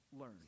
learn